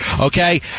Okay